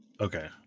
Okay